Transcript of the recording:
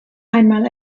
einmal